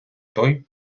той